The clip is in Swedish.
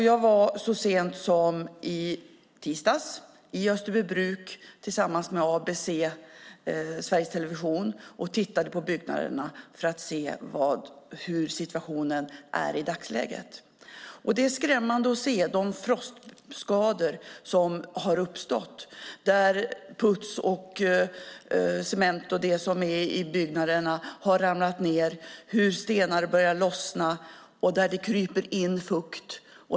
Jag var så sent som i tisdags i Österbybruk tillsammans med ABC från Sveriges Television och tittade på byggnaderna för att se hur situationen är i dagsläget. Det är skrämmande att se de frostskador som har uppstått, där puts och cement och annat som finns i byggnaderna har ramlat ned. Stenar börjar lossna och det kryper in fukt.